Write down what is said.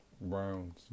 Browns